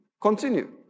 Continue